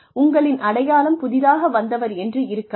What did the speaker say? உங்களின் அடையாளம் புதிதாக வந்தவர் என்று இருக்காது